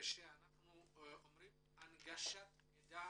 הנגשת מידע